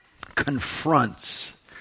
Confronts